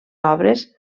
obres